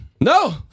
no